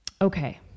Okay